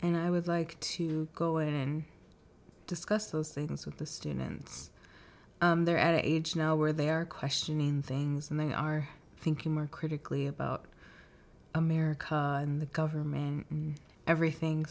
and i would like to go in and discuss those things with the students there at an age now where they are questioning things and they are thinking more critically about america and the government and everything